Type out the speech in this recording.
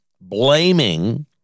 blaming